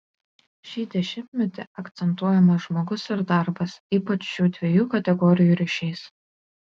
šį dešimtmetį akcentuojamas žmogus ir darbas ypač šių dviejų kategorijų ryšys